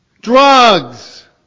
Drugs